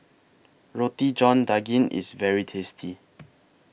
Roti John Daging IS very tasty